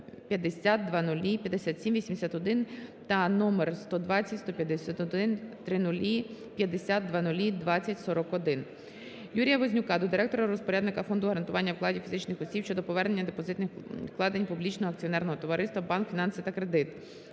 Юрія Вознюка до директора-розпорядника Фонду гарантування вкладів фізичних осіб щодо повернення депозитних вкладень Публічного акціонерного товариства "Банк "Фінанси та кредит".